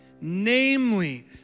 Namely